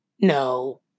No